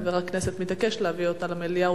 וחבר הכנסת מתעקש להביא אותה למליאה,